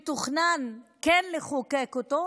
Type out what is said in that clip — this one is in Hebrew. שמתוכנן כן לחוקק אותו,